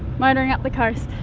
motoring up the coast.